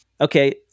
Okay